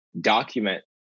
document